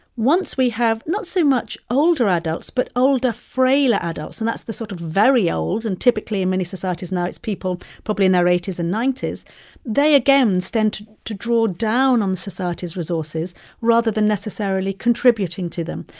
once we have not so much older adults but older, frailer adults and that's the sort of very old and, typically, in many societies now, it's people probably in their eighty s and ninety s they, again, stand to to draw down on society's resources rather than necessarily contributing to them.